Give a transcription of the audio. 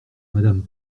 madame